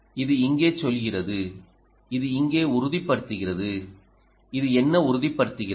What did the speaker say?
இது இங்கே சொல்கிறது இது இங்கே உறுதிப்படுத்துகிறது இது என்ன உறுதிப்படுத்துகிறது